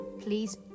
please